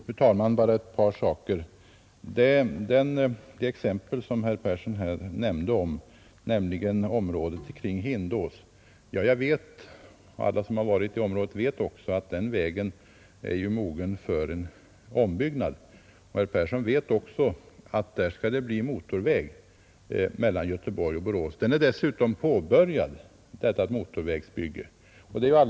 Fru talman! Herr Persson i Heden nämnde trafikförhållandena vid Hindås. Alla som varit i området vet att denna väg är mogen för en ombyggnad. Herr Persson vet att det skall bli motorväg mellan Göteborg och Borås. Detta motorvägsbygge är dessutom påbörjat.